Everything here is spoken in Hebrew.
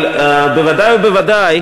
אבל בוודאי ובוודאי